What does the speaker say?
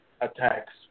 attacks